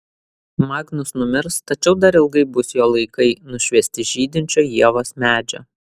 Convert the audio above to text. magnus numirs tačiau dar ilgai bus jo laikai nušviesti žydinčio ievos medžio